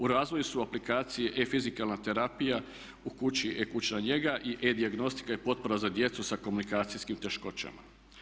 U razvoju su aplikacije E fizikalna terapija u kući E kućna njega i E dijagnostika i potpora za djecu sa komunikacijskim teškoćama.